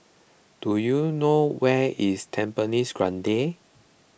do you know where is Tampines Grande